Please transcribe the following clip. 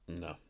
No